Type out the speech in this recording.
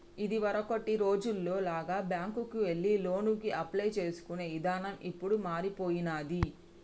ఇదివరకటి రోజుల్లో లాగా బ్యేంకుకెళ్లి లోనుకి అప్లై చేసుకునే ఇదానం ఇప్పుడు మారిపొయ్యినాది